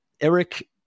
Eric